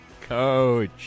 Coach